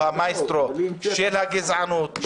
שהוא המאסטרו של הגזענות,